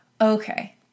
okay